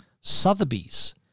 Sotheby's